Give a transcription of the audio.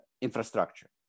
infrastructure